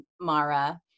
Mara